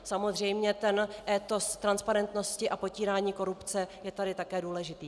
Samozřejmě étos transparentnosti a potírání korupce je tady také důležitý.